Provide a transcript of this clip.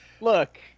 Look